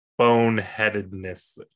boneheadedness